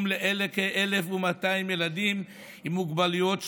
לכ-1,200 ילדים עם מוגבלויות שונות,